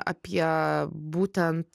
apie būtent